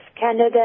Canada